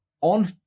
on